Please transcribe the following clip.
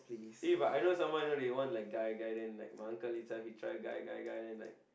eh but I know someone know they want like guy guy then like my uncle this time he try guy guy guy and like